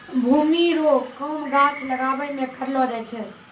भूमि रो काम गाछ लागाबै मे करलो जाय छै